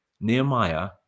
Nehemiah